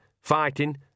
fighting